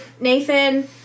Nathan